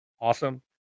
awesome